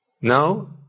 now